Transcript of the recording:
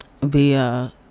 via